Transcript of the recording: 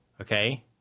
okay